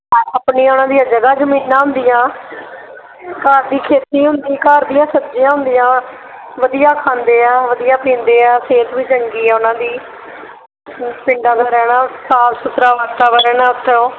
ਆਪਣੇ ਉਹਨਾਂ ਦੀਆਂ ਜਗ੍ਹਾ ਜ਼ਮੀਨਾਂ ਹੁੰਦੀਆਂ ਘਰ ਦੀ ਖੇਤੀ ਹੁੰਦੀ ਘਰ ਦੀਆਂ ਸਬਜ਼ੀਆਂ ਹੁੰਦੀਆਂ ਵਧੀਆ ਖਾਂਦੇ ਹੈ ਵਧੀਆ ਪੀਂਦੇ ਹੈ ਸਿਹਤ ਵੀ ਚੰਗੀ ਹੈ ਉਹਨਾਂ ਦੀ ਪਿੰਡਾਂ ਦਾ ਰਹਿਣਾ ਸਾਫ ਸੁਥਰਾ ਵਾਤਾਵਰਨ ਹੈ ਉੱਥੋਂ